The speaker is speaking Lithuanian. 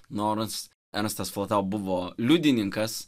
norns ernstas flotau buvo liudininkas